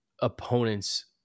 opponents